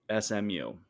SMU